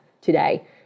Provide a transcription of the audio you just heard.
today